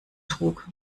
trug